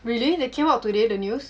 really that came up today the news